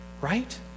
right